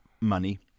money